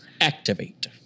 activate